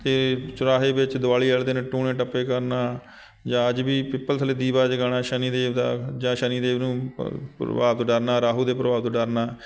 ਅਤੇ ਚੁਰਾਹੇ ਵਿੱਚ ਦਿਵਾਲੀ ਵਾਲੇ ਦਿਨ ਟੂਣੇ ਟੱਪੇ ਕਰਨਾ ਜਾਂ ਅੱਜ ਵੀ ਪਿੱਪਲ ਥੱਲੇ ਦੀਵਾ ਜਗਾਉਣਾ ਸ਼ਨੀ ਦੇਵ ਦਾ ਜਾਂ ਸ਼ਨੀਦੇਵ ਨੂੰ ਪ ਪ੍ਰਭਾਵ ਤੋਂ ਡਰਨਾ ਰਾਹੂ ਦੇ ਪ੍ਰਭਾਵ ਤੋਂ ਡਰਨਾ